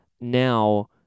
now